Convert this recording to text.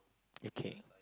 okay